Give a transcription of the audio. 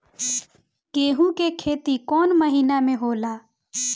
गेहूं के खेती कौन महीना में होला?